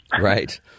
Right